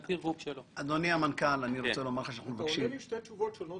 אתה עונה לי שתי תשובות שונות.